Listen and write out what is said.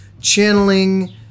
channeling